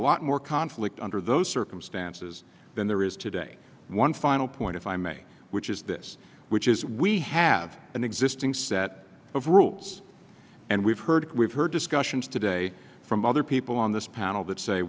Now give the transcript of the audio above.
lot more conflict under those circumstances than there is today one final point if i may which is this which is we have an existing set of rules and we've heard we've heard discussions today from other people on this panel that say